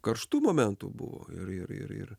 karštų momentų buvo ir ir ir ir